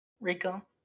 Rico